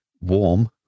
warm